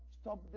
stop